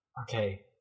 Okay